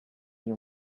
you